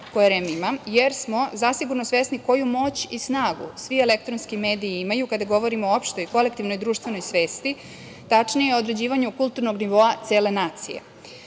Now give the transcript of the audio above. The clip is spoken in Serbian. koje REM ima, jer smo zasigurno svesni koju moć i snagu svi elektronski mediji imaju, kada govorimo uopšte o kolektivnoj društvenoj svesti, tačnije određivanju kulturnog nivo cele nacije. Imajući